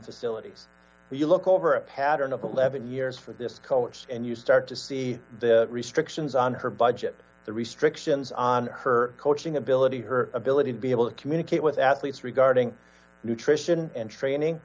facilities you look over a pattern of eleven years for this coach and you start to see the restrictions on her budget the restrictions on her coaching ability her ability to be able to communicate with athletes regarding nutrition and training